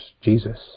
Jesus